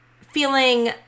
feeling